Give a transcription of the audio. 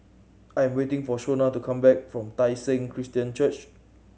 I am waiting for Shona to come back from Tai Seng Christian Church